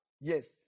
Yes